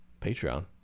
Patreon